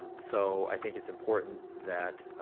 um so, i think it's important that